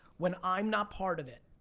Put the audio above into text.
when i'm not part of it,